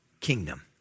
kingdom